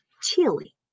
Chili